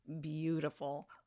beautiful